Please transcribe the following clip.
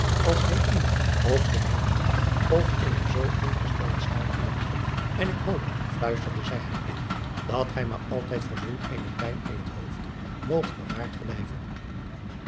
als hij u of geheel niet of in een zoo ongestelden staat aantrof n ik hoop fluisterde zij hem in dat gij maar altlijd voor zulk eene pijn in het hoofd moogt bewaard blijven